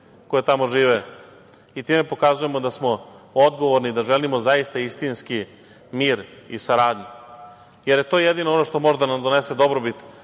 koje tamo žive i time pokazujemo da smo odgovorni, da želimo zaista istinski mir i saradnju, jer je to jedino ono što može da nam donese dobit